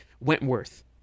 Wentworth